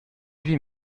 huit